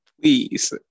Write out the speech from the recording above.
Please